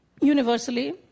universally